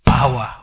Power